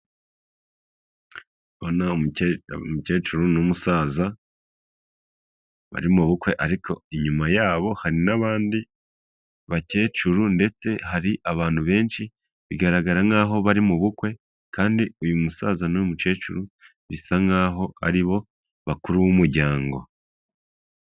Uumukecuru n'umusaza bari mu bukwe ariko inyuma yabo hari n'abandi bakecuru ndetse hari abantu benshi bigaragara nkaho bari mu bukwe kandi uyu musaza n'uyu mukecuru bisa nkaho ari bo bakuru b'umuryango.